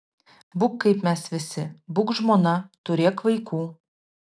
būk kaip mes visi būk žmona turėk vaikų